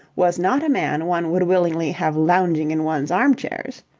was not a man one would willingly have lounging in one's armchairs.